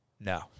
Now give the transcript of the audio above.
no